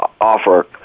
offer